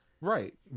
Right